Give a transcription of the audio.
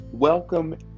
Welcome